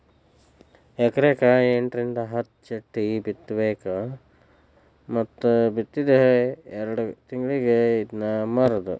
ಎಕರೆಕ ಎಂಟರಿಂದ ಹತ್ತ ಚಿಟ್ಟಿ ಬಿತ್ತಬೇಕ ಮತ್ತ ಬಿತ್ತಿದ ಎರ್ಡ್ ತಿಂಗಳಿಗೆ ಇದ್ನಾ ಮಾರುದು